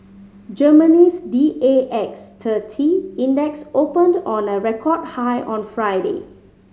Germany's D A X thirty Index opened on a record high on Friday